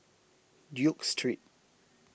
Duke Street